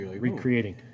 recreating